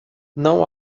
não